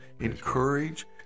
Encourage